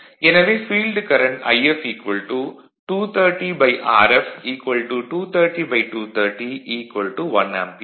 எனவே field current If 230Rf 230230 1 ampere